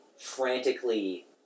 frantically